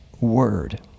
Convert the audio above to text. word